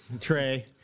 Trey